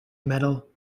metal